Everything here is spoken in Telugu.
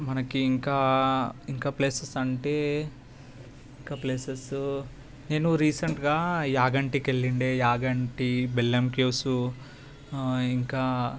మనకి ఇంకా ఇంకా ప్లేసెస్ అంటే ఇక ప్లేసెస్ నేను రీసెంట్గా యాగంటికి వెళ్ళిండే యాగంటి బెల్లం కేవ్స్ ఇంకా